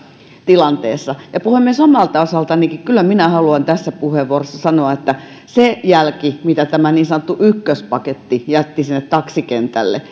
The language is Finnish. tilanteessa puhemies omalta osaltanikin minä kyllä haluan tässä puheenvuorossa sanoa että se jälki mitä tämä niin sanottu ykköspaketti jätti sinne taksikentälle